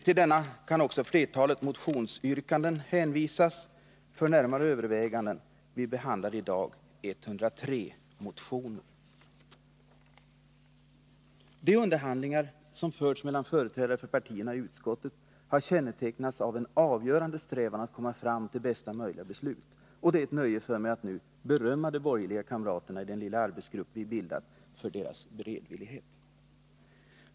Till denna kan också flertalet motionsyrkanden hänvisas för närmare överväganden — vi behandlar i dag 103 motioner. De underhandlingar som förts mellan företrädare för partierna i utskottet har kännetecknats av en avgörande strävan att komma fram till bästa möjliga beslut, och det är ett nöje för mig att nu berömma de borgerliga kamraterna i den lilla arbetsgrupp vi bildat för deras beredvillighet.